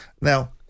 Now